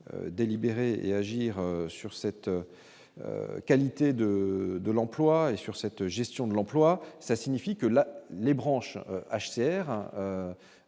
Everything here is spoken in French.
délibérer et agir sur cette qualité de. De l'emploi et sur cette gestion de l'emploi, ça signifie que la les branches HCR